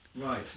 Right